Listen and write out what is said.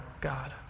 God